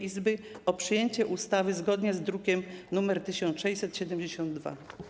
Izby o przyjęcie ustawy zgodnie z drukiem nr 1672.